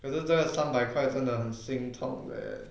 可是这个三百块真的很心疼 leh